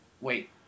wait